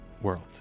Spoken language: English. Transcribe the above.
world